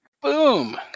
Boom